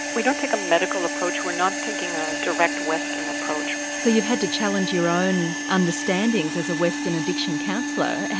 we don't take a medical approach, we are not taking a direct western approach. so you've had to challenge your own understandings as a western addiction counsellor, and